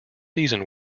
season